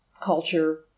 culture